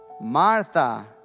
Martha